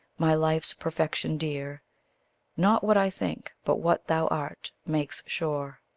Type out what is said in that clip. my life's perfection dear not what i think, but what thou art, makes sure.